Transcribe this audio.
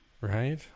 right